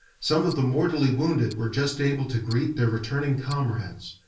some of the mortally wounded were just able to greet their returning comrades,